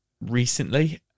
recently